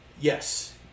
Yes